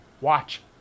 watch